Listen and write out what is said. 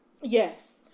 Yes